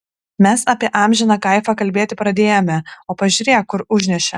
mes apie amžiną kaifą kalbėti pradėjome o pažiūrėk kur užnešė